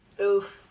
Oof